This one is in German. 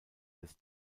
des